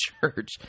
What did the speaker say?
church